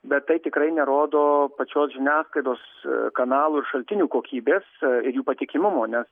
bet tai tikrai nerodo pačios žiniasklaidos kanalų ir šaltinių kokybės jų patikimumo nes